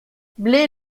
blaye